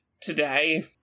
today